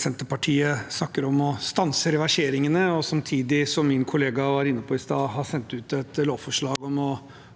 Senterpartiet snakker om å stanse reverseringene og samtidig, som min kollega var inne på i stad, har sendt ut et lovforslag om